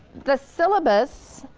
the syllabus.